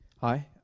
Hi